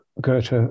Goethe